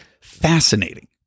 fascinating